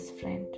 friend